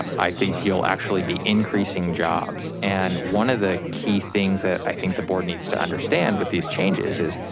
i think you'll actually be increasing jobs. and one of the key things that i think the board needs to understand with these changes is,